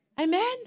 Amen